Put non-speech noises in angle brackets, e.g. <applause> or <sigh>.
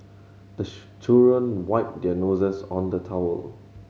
the <unintelligible> children wipe their noses on the towel